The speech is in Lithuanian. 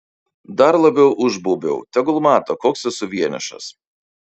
dar labiau užbaubiau tegul mato koks esu vienišas